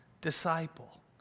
disciple